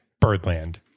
Birdland